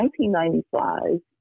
1995